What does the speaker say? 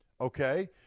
okay